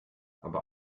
aber